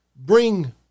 bring